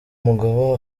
mugabo